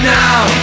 now